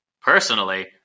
Personally